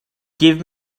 give